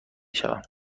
شوم